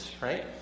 right